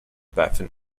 baffin